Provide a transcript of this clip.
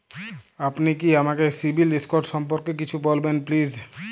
আপনি কি আমাকে সিবিল স্কোর সম্পর্কে কিছু বলবেন প্লিজ?